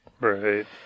Right